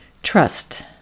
Trust